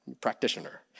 practitioner